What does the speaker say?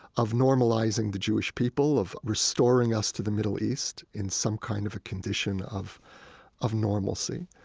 of normalizing the jewish people, of restoring us to the middle east in some kind of a condition of of normalcy